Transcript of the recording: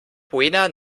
buena